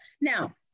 Now